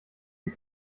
die